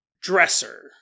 dresser